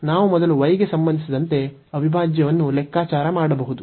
ನಾವು ಮೊದಲು y ಗೆ ಸಂಬಂಧಿಸಿದಂತೆ ಅವಿಭಾಜ್ಯವನ್ನು ಲೆಕ್ಕಾಚಾರ ಮಾಡಬಹುದು